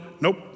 Nope